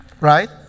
Right